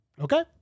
Okay